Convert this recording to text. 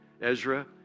Ezra